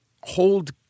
hold